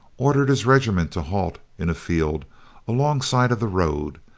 ordered his regiment to halt in a field alongside of the road,